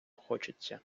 хочеться